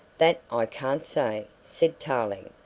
that i can't say, said tarling.